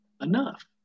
enough